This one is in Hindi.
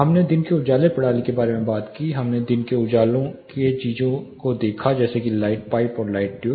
हमने दिन के उजाले प्रणाली के बारे में बात की हमने दिन के उजाले में चीजों को देखा जैसे कि लाइट पाइप और लाइट ट्यूब